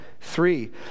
Three